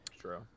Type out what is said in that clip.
True